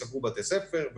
סגרו בתי ספר,